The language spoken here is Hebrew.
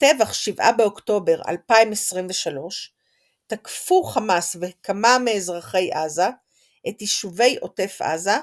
בטבח שבעה באוקטובר 2023 תקפו חמאס וכמה מאזרחי עזה את יישובי עוטף עזה,